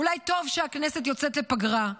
אולי טוב שהכנסת יוצאת לפגרה,